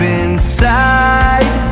inside